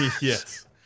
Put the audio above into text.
yes